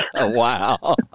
Wow